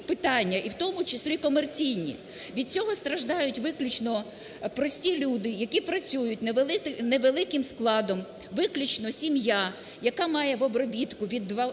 Від цього страждають виключно прості люди, які працюють невеликим складом, виключно сім'я, яка має в обробітку від 2